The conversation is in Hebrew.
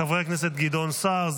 חברי הכנסת גדעון סער,